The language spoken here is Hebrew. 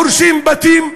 הורסים בתים,